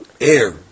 air